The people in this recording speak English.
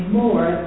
more